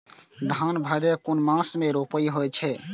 धान भदेय कुन मास में रोपनी होय छै?